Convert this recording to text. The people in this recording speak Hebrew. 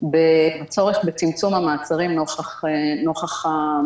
עילות המעצר שכבר נמצאות היום בחוק